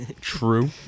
True